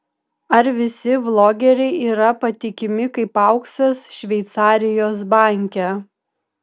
ar visi vlogeriai yra patikimi kaip auksas šveicarijos banke